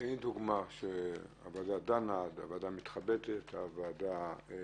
תן לי דוגמה שהוועדה דנה, מתחבטת וקובעת.